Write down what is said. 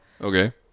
Okay